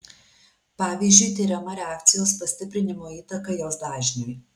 pavyzdžiui tiriama reakcijos pastiprinimo įtaka jos dažniui